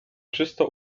czysto